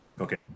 Okay